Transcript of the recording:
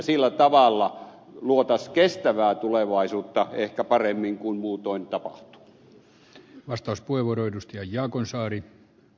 sillä tavalla luotaisiin kestävää tulevaisuutta ehkä paremmin kuin muutoin tapahtuu